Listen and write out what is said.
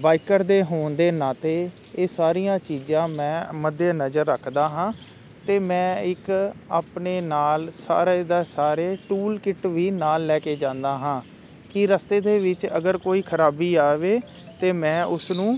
biker ਦੇ ਹੋਣ ਦੇ ਨਾਤੇ ਇਹ ਸਾਰੀਆਂ ਚੀਜ਼ਾਂ ਮੈਂ ਮੱਦੇਨਜ਼ਰ ਰੱਖਦਾ ਹਾਂ ਅਤੇ ਮੈਂ ਇੱਕ ਆਪਣੇ ਨਾਲ ਸਾਰੇ ਦਾ ਸਾਰੇ ਟੂਲ ਕਿਟ ਵੀ ਨਾਲ ਲੈ ਕੇ ਜਾਂਦਾ ਹਾਂ ਕਿ ਰਸਤੇ ਦੇ ਵਿੱਚ ਅਗਰ ਕੋਈ ਖ਼ਰਾਬੀ ਆਵੇ ਤਾਂ ਮੈਂ ਉਸਨੂੰ